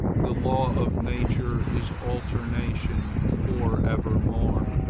the law of nature is alternation for evermore.